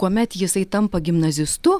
kuomet jisai tampa gimnazistu